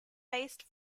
based